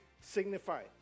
signify